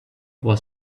was